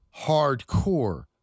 hardcore